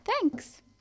thanks